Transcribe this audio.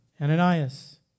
Ananias